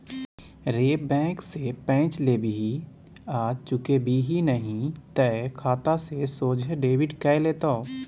रे बैंक सँ पैंच लेबिही आ चुकेबिही नहि तए खाता सँ सोझे डेबिट कए लेतौ